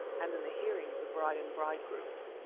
and in the hearing of the bride and bridegroom,